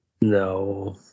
No